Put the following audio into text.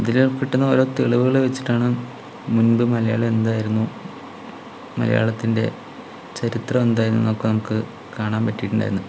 അതില് കിട്ടുന്നോരോ തെളിവുകള് വച്ചിട്ടാണ് മുൻപ് മലയാളം എന്തായിരുന്നു മലയാളത്തിൻ്റെ ചരിത്രം എന്തായിരുന്നുന്നൊക്കെ കാണാൻ പറ്റീട്ടുണ്ടായിരുന്നു